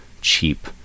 cheap